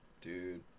Dude